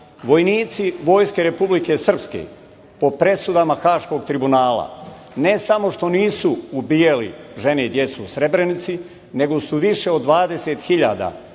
Vojnici vojske Republike Srpske, po presudama Haškog tribunala, ne samo što nisu ubijali žene i decu u Srebrenici, nego su više od 20 hiljada